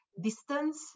distance